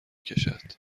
کشد